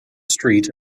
street